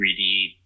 3D